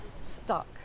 stuck